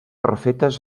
refetes